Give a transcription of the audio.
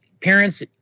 parents